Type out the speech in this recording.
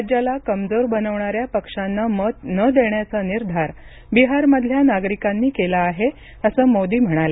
राज्याला कमजोर बनवणाऱ्या पक्षांना मत न देण्याचा निर्धार बिहारमधल्या नागरिकांनी केला आहे असं मोदी म्हणाले